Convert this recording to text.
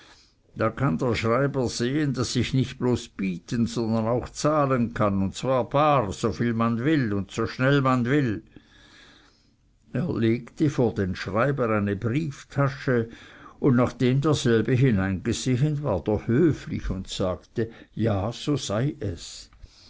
da kann der schreiber sehen daß ich nicht bloß bieten sondern auch zahlen kann und zwar bar so viel man will und so schnell man will er legte vor den schreiber eine brieftasche und nachdem derselbe hineingesehen ward er höflich und sagte ja so sei es